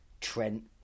Trent